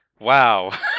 Wow